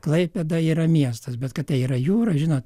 klaipėda yra miestas bet kad tai yra jūra žinot